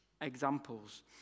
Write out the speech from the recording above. examples